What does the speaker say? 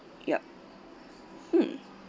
yup mm